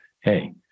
hey